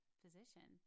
physician